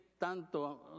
tanto